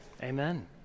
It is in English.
Amen